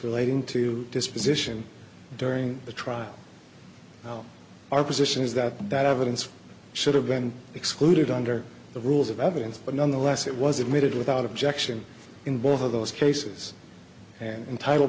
relating to disposition during the trial our position is that that evidence should have been excluded under the rules of evidence but nonetheless it was admitted without objection in both of those cases and title